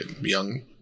young